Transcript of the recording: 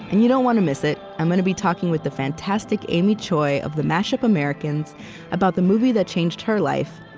and you don't want to miss it i'm going to be talking with the fantastic amy choi of the mash-up americans about the movie that changed her life,